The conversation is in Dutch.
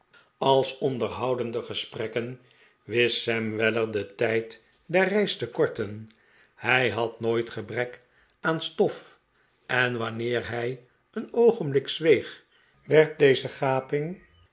als onderhoudende gesprekken wist sam weller den tijd der reis te korten hij had nooit gebrek aan stof en wanneer hij een oogenblik zweeg werd deze gaping